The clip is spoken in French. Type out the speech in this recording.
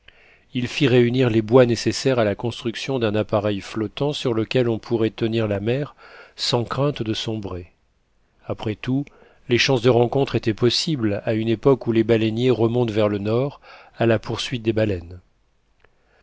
il fit réunir les bois nécessaires à la construction d'un appareil flottant sur lequel on pourrait tenir la mer sans crainte de sombrer après tout les chances de rencontre étaient possibles à une époque où les baleiniers remontent vers le nord à la poursuite des baleines